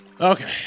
Okay